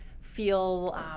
feel